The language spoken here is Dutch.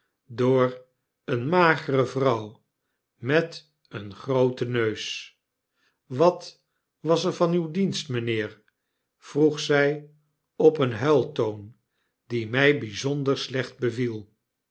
door eene magere vrouw meteengrooten neus wat was er van uw dienst mynheer vroeg zij op een huiltoon die my bijzonder slecht beviel